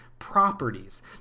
properties